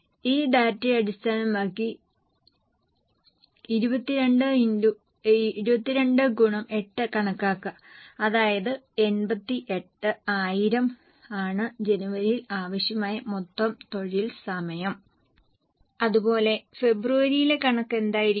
ഈ ഡാറ്റയെ അടിസ്ഥാനമാക്കി 22 x 8 കണക്കാക്കുക അതായത് 88000 ആണ് ജനുവരിയിൽ ആവശ്യമായ മൊത്തം തൊഴിൽ സമയം അതുപോലെ ഫെബ്രുവരിയിലെ കണക്ക് എന്തായിരിക്കും